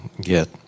get